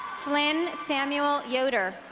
flynn samuel yoder